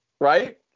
Right